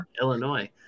Illinois